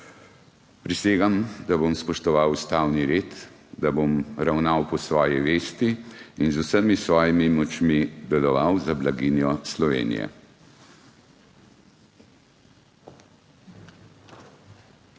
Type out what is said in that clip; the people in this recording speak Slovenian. Prisegam, da bom spoštoval ustavni red, da bom ravnal po svoji vesti in z vsemi svojimi močmi deloval za blaginjo Slovenije.